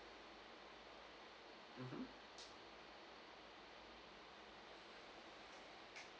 mmhmm